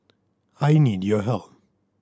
I need your help